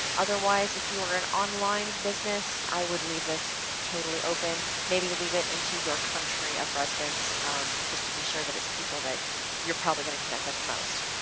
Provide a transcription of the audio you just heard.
otherwise if you are an online business, i would leave this totally open, maybe leave it in to your country of residence just to be sure that it's people that you're probably gonna connect with most.